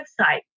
website